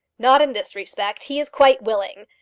not in this respect. he is quite willing.